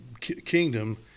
kingdom